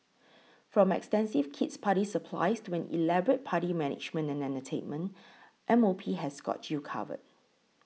from extensive kid's party supplies to an elaborate party management and entertainment M O P has got you covered